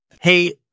Hey